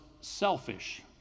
selfish